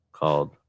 Called